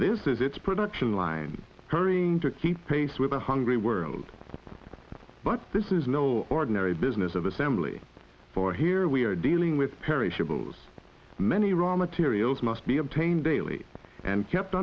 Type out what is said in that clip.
this is its production line hurrying to keep pace with a hungry world but this is no ordinary business of assembly for here we are dealing with perishables many raw materials must be obtained daily and kept